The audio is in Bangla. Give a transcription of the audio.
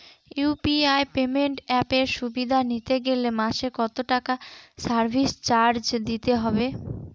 ইউ.পি.আই পেমেন্ট অ্যাপের সুবিধা নিতে গেলে মাসে কত টাকা সার্ভিস চার্জ দিতে হবে?